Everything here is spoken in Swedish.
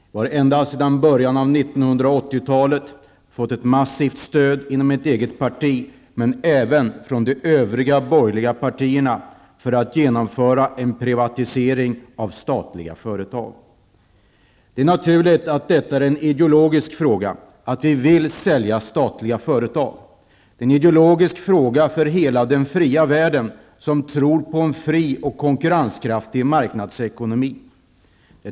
Jag har ända sedan början av 1980-talet fått ett massivt stöd inom mitt eget parti men även från de övriga borgerliga partierna för att genomföra en privatisering av statliga företag. Det är naturligt att detta att vi vill sälja statliga företag är en ideologisk fråga. Det är en ideologisk fråga för hela den fria världen, som tror på en fri och konkurrenskraftig marknadsekonomi.